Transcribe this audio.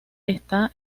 está